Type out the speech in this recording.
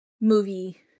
movie